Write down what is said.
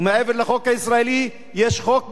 ומעבר לחוק הישראלי יש חוק בין-לאומי.